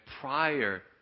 prior